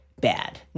bad